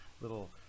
little